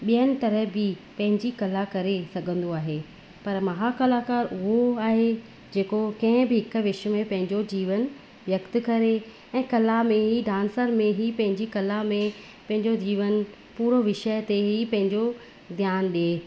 ॿियनि तरह बि पंहिंजी कला करे सघंदो आहे पर महाकलाकार उहो आहे जेको कंहिं बि हिकु विषय में पंहिंजो जीवन व्यक्त करे ऐं कला में ई डांसर में ई पंहिंजी कला में पंहिंजो जीवन पूरो विषय ते ई पंहिंजो ध्यानु ॾिए